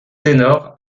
ténor